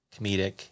comedic